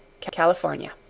California